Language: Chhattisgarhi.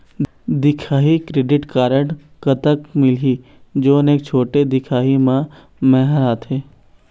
दिखाही क्रेडिट कारड कतक मिलही जोन एक छोटे दिखाही म मैं हर आथे?